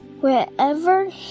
wherever